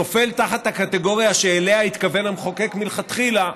נופל תחת הקטגוריה שאליה התכוון המחוקק מלכתחילה,